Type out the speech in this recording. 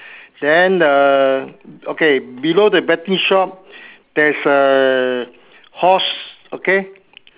then err okay below the betting shop there's a horse okay